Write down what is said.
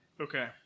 Okay